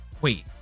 wait